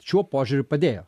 šiuo požiūriu padėjo